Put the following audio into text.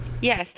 Yes